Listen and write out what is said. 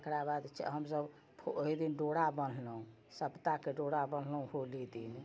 तकरा बाद हमसब ओही दिन डोरा बान्हलोँ सपताके डोरा बान्हलोँ होली दिन